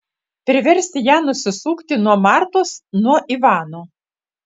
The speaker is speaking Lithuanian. priversti ją nusisukti nuo martos nuo ivano